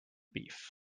beef